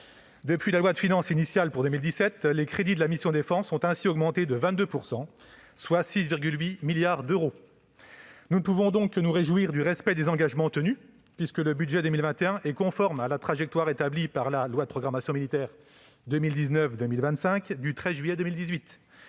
Depuis la loi de finances initiale pour 2017, les crédits de la mission « Défense » ont ainsi augmenté de 22 %, soit 6,8 milliards d'euros. Nous ne pouvons que nous réjouir du respect des engagements tenus, puisque le budget 2021 est conforme à la trajectoire établie par la loi relative à la programmation militaire pour les années 2019 à 2025 du 13 juillet 2018,